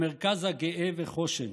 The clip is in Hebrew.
המרכז הגאה וחוש"ן.